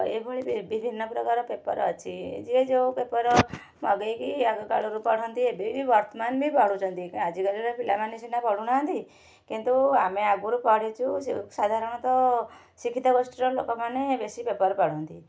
ଏଭଳି ବିଭିନ୍ନ ପ୍ରକାର ପେପର ଅଛି ଯିଏ ଯେଉଁ ପେପର ମଗାଇକି ଆଗ କାଳରୁ ପଢ଼ନ୍ତି ଏବେ ବି ବର୍ତ୍ତମାନ ବି ପଢୁଛନ୍ତି ଆଜିକାଲି ର ପିଲାମାନେ ସିନା ପଢୁ ନାହାନ୍ତି କିନ୍ତୁ ଆମେ ଆଗରୁ ପଢ଼ିଛୁ ସାଧାରଣତଃ ଶିକ୍ଷିତ ଗୋଷ୍ଠୀର ଲୋକମାନେ ବେଶୀ ପେପର ପଢ଼ନ୍ତି